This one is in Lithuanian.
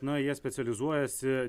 na jie specializuojasi